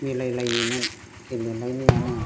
मिलाय लायोमोन गेले लायनायानो